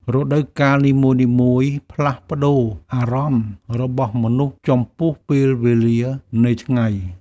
រដូវកាលនីមួយៗផ្លាស់ប្តូរអារម្មណ៍របស់មនុស្សចំពោះពេលវេលានៃថ្ងៃ។